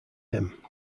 him